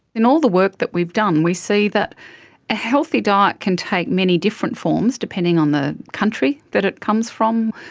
in all the work that we've done we see that a healthy diet can take many different forms, depending on the country that it comes from.